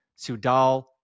Sudal